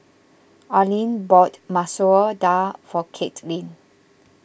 Arlyne bought Masoor Dal for Kaitlin